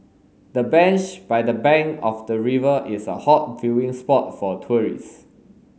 the bench by the bank of the river is a hot viewing spot for tourists